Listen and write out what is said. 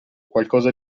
qualcosa